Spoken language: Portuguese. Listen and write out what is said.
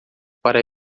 para